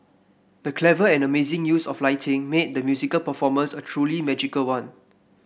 the clever and amazing use of lighting made the musical performance a truly magical one